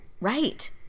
Right